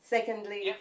Secondly